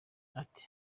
ati